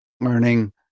learning